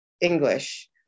english